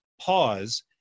pause